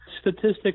Statistic